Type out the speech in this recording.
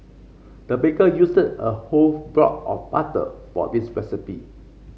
the baker used a whole block of butter for this recipe